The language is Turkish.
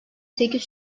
sekiz